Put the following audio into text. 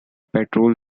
patrol